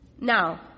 Now